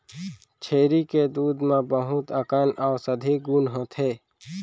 छेरी के दूद म बहुत अकन औसधी गुन होथे